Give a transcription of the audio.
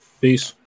Peace